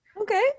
Okay